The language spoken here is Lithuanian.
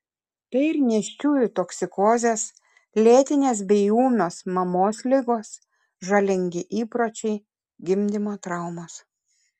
tai ir nėščiųjų toksikozės lėtinės bei ūmios mamos ligos žalingi įpročiai gimdymo traumos